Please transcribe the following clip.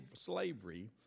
slavery